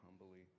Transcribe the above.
humbly